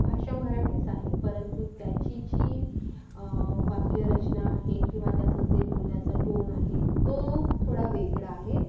भाषा मराठीच आहे परंतु त्याची जी वाक्यरचना आहे किंवा त्याचं जे बोलण्याचा टोन आहे तो थोडा वेगळा आहे